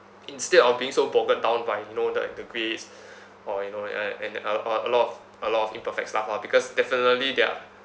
instead of being so bogged down by you know like the grades or you know uh and there are a a lot of a lot of imperfect stuff lah because definitely there are